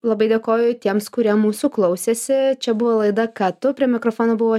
labai dėkoju tiems kurie mūsų klausėsi čia buvo laida ką tu prie mikrofono buvo